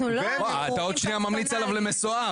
אנחנו לא --- אתה עוד שנייה ממליץ עליו למשואה,